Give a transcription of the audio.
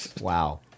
Wow